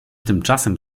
tymczasem